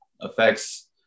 affects